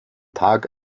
tag